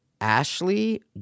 Ashley